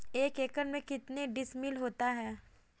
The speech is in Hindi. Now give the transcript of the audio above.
एक एकड़ में कितने डिसमिल होता है?